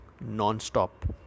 non-stop